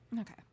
Okay